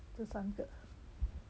这三个